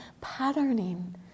patterning